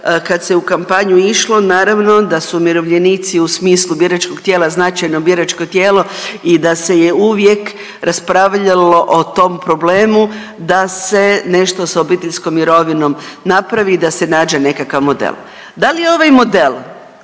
kad se u kampanju išlo naravno da su umirovljenici u smislu biračkog biračkog tijela, značajno biračko tijelo i da se je uvijek raspravljalo o tom problemu da se nešto s obiteljskom mirovinom napravi, da se nađe nekakav model. Dal je ovaj model